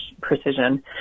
precision